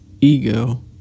ego